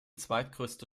zweitgrößte